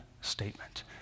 statement